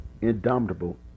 indomitable